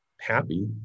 happy